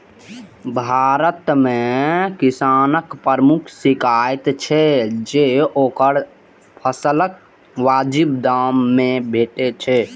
भारत मे किसानक प्रमुख शिकाइत छै जे ओकरा फसलक वाजिब दाम नै भेटै छै